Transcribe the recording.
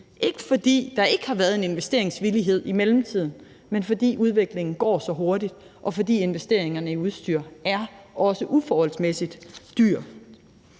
ikke fordi der ikke har været en investeringsvillighed i mellemtiden, men fordi udviklingen går så hurtigt, og fordi investeringerne i udstyr også er uforholdsmæssigt store.